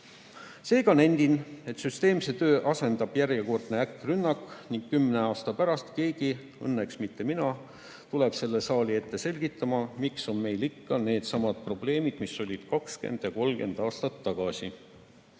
Seega nendin, et süsteemse töö asendab järjekordne äkkrünnak ning kümne aasta pärast keegi, õnneks mitte mina, tuleb selle saali ette selgitama, miks on meil ikka needsamad probleemid, mis olid 20 ja 30 aastat tagasi.